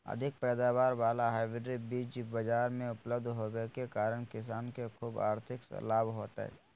अधिक पैदावार वाला हाइब्रिड बीज बाजार मे उपलब्ध होबे के कारण किसान के ख़ूब आर्थिक लाभ होतय